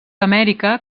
amèrica